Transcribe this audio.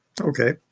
Okay